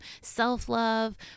self-love